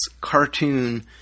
cartoon